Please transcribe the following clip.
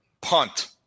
punt